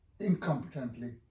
incompetently